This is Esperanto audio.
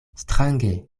strange